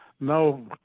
no